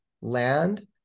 land